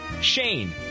Shane